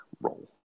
Roll